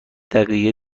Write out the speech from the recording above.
دقیقه